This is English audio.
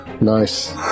nice